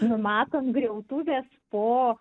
numatom griautuves po